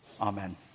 Amen